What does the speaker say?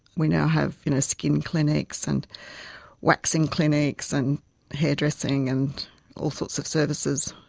we now have skin clinics and waxing clinics and hairdressing and all sorts of services.